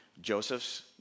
Joseph's